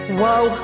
Whoa